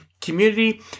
community